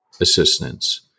assistance